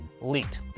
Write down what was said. leaked